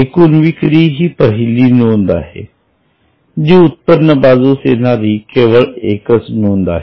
एकूण विक्री ही पहिली नोंद आहे जी उत्पन्न बाजूस येणारी केवळ एकच नोंद आहे